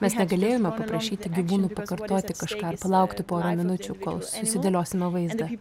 mes nagalėjome paprašyti gyvūnų pakartoti kažką ar palaukti porą minučių kol susidėliosime vaizdą